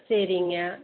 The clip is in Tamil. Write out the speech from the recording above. சரிங்க